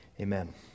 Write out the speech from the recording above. Amen